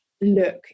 look